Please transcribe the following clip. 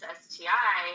sti